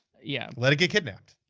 yeah let it get kidnapped.